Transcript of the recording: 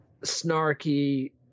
snarky